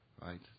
right